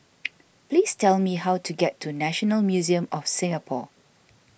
please tell me how to get to National Museum of Singapore